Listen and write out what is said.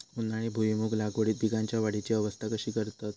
उन्हाळी भुईमूग लागवडीत पीकांच्या वाढीची अवस्था कशी करतत?